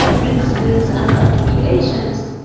ah principles and articulations,